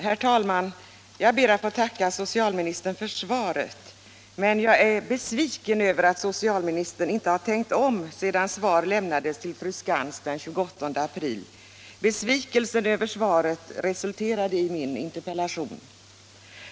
Herr talman! Jag ber att få tacka socialministern för svaret, men jag är besviken över att socialministern inte har tänkt om sedan svar lämnades till fru Skantz den 28 april i år. Besvikelsen över det svaret resulterade i min interpellation.